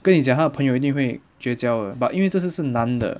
跟你讲他的朋友一定会结交的 but 因为这事是男的